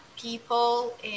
people